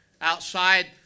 outside